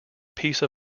peace